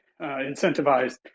incentivized